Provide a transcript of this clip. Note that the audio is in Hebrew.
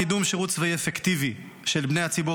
קידום שירות צבאי אפקטיבי של בני הציבור